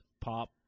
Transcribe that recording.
pop